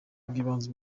bw’ibanze